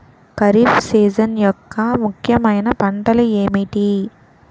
Kharif season యెక్క ముఖ్యమైన పంటలు ఏమిటీ?